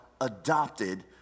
adopted